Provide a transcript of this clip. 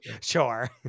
Sure